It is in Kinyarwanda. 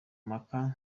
mpaka